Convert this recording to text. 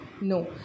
no